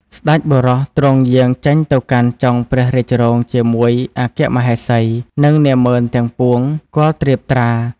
ស្តេចបុរសទ្រង់យាងចេញទៅកាន់ចុងព្រះរាជរោងជាមួយអគ្គមហេសី និងនាហ្មឺនទាំងពួងគាល់ត្រៀបត្រា។